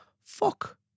Fuck